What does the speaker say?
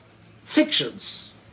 fictions